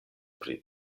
pri